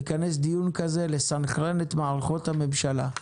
לכנס דיון כזה, לסנכרן את מערכות הממשלה.